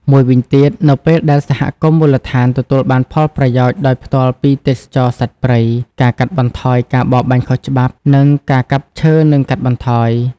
មួយវិញទៀត នៅពេលដែលសហគមន៍មូលដ្ឋានទទួលបានផលប្រយោជន៍ដោយផ្ទាល់ពីទេសចរណ៍សត្វព្រៃ ការកាត់បន្ថយការបរបាញ់ខុសច្បាប់ និងការកាប់ឈើនឹងកាត់បន្ថយ។